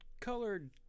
colored